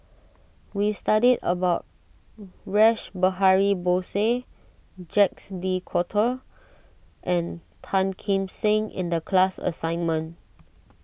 we studied about Rash Behari Bose Jacques De Coutre and Tan Kim Seng in the class assignment